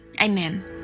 amen